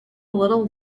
little